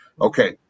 Okay